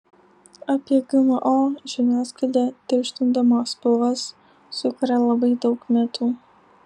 apie gmo žiniasklaida tirštindama spalvas sukuria labai daug mitų